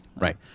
Right